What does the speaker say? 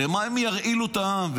במה הם ירעילו את העם?